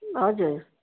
हजुर